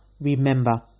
Remember